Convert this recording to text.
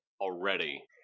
already